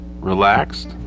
relaxed